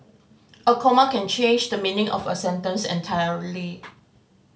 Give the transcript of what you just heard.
a comma can change the meaning of a sentence entirely